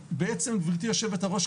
גברתי יושבת הראש,